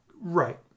Right